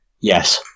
Yes